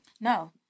No